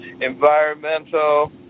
environmental